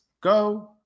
go